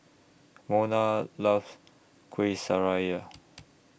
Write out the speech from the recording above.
Mona loves Kueh Syara